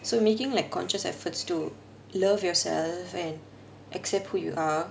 so making like conscious efforts to love yourself and accept who you are